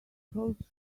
close